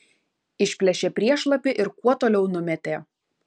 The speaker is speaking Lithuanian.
išplėšė priešlapį ir kuo toliau numetė